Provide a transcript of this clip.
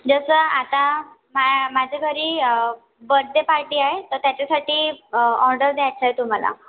जसं आता माया माझ्या घरी बड्डे पार्टी आहे तर त्याच्यासाठी ऑर्डर द्यायचं आहे तुम्हाला